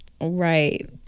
Right